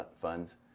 funds